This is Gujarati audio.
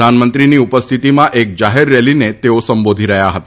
પ્રધાનમંત્રીની ઉપસ્થિતિમાં એક જાહેર રેલીને તેઓ સંબોધી રહ્યા હતા